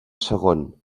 segon